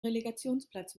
relegationsplatz